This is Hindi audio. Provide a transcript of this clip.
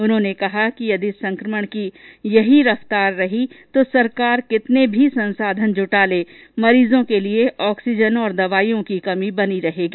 उन्होंने कहा कि यदि संक्रमण की यही रफ्तार रही तो सरकार कितने भी संसाधन जुटा लें मरीजों के लिए ऑक्सीजन तथा दवाईयों की कमी बनी रहेगी